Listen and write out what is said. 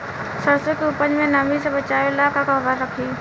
सरसों के उपज के नमी से बचावे ला कहवा रखी?